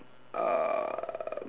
uh